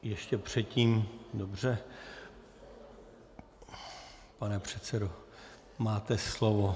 Ještě předtím dobře pane předsedo, máte slovo.